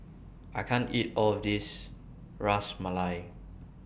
I can't eat All of This Ras Malai